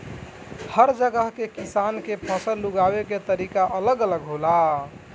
हर जगह के किसान के फसल उगावे के तरीका अलग अलग होला